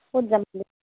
ক'ত যাম